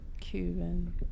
Cuban